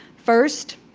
first,